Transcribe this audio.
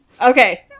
Okay